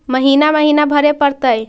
महिना महिना भरे परतैय?